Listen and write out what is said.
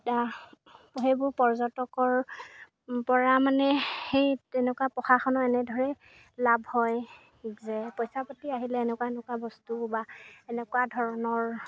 এতিয়া সেইবোৰ পৰ্যটকৰ পৰা মানে সেই তেনেকুৱা প্ৰশাসনৰ এনেদৰে লাভ হয় যে পইচা পাতি আহিলে এনেকুৱা এনেকুৱা বস্তু বা এনেকুৱা ধৰণৰ